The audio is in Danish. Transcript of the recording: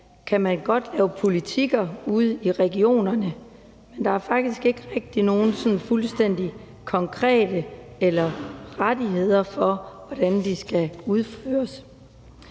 kan man godt lave politikker ude i regionerne, men der er faktisk ikke rigtig noget sådan fuldstændig konkret eller rettigheder for, hvordan det skal udføres.